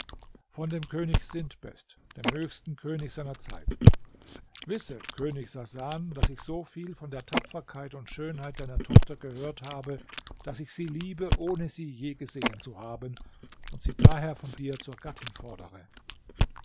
von dem könig sintbest dem höchsten könig seiner zeit wisse könig sasan daß ich so viel von der tapferkeit und schönheit deiner tochter gehört habe daß ich sie liebe ohne sie je gesehen zu haben und sie daher von dir zur gattin fordere